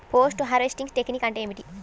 Post harvesting technique అంటే ఏమిటీ?